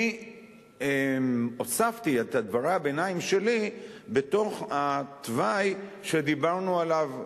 אני הוספתי את דברי הביניים שלי בתוך התוואי שדיברנו עליו,